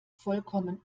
vollkommen